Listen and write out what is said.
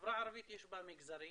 בחברה הערבית יש מגזרים,